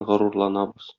горурланабыз